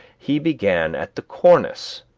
he began at the cornice,